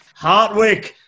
Hartwick